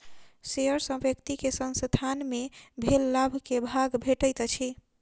share सॅ व्यक्ति के संसथान मे भेल लाभ के भाग भेटैत अछि